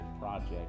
project